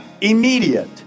immediate